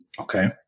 Okay